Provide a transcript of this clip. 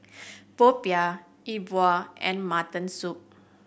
popiah E Bua and mutton soup